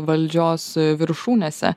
valdžios viršūnėse